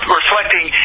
reflecting